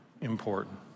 important